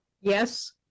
Yes